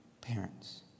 parents